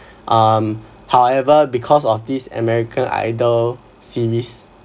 um however because of this american idol series